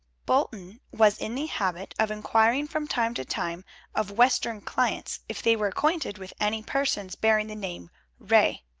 bolton was in the habit of inquiring from time to time of western clients if they were acquainted with any persons bearing the name ray.